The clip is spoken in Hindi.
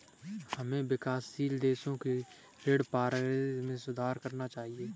हमें विकासशील देशों की ऋण पारदर्शिता में सुधार करना चाहिए